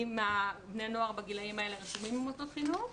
מבני נוער בגילאים האלה רשומים במוסדות חינוך.